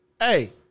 hey